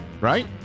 right